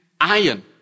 iron